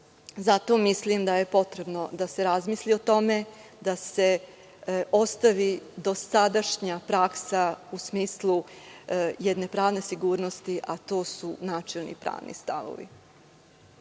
Zato mislim da je potrebno da se razmisli o tome, da se ostavi dosadašnja praksa u smislu jedne pravne sigurnosti, a to su načelni pravni stavovi.